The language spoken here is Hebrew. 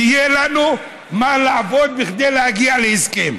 שיהיה לנו מה לעבוד כדי להגיע להסכם.